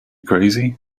crazy